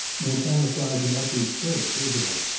no camouflage about these skirts, is there?